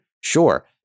Sure